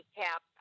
cap